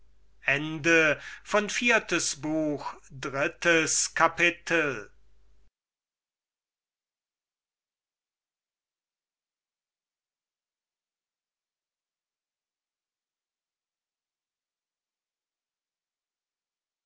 viertes buch erstes kapitel